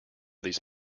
these